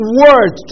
word